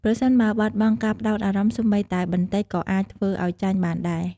ប្រសិនបើបាត់បង់ការផ្តោតអារម្មណ៍ សូម្បីតែបន្តិចក៏អាចធ្វើឲ្យចាញ់បានដែរ។